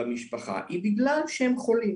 במשפחה, היא בגלל שהם חולים